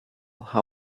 how